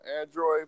Android